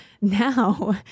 now